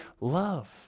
love